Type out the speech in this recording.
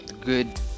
good